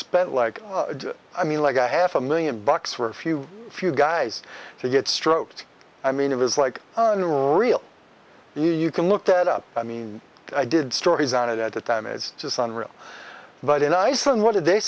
spent like i mean like a half a million bucks for a few few guys to get stroked i mean it was like in real you you can look that up i mean i did stories on it at the time is it isn't real but in iceland what did they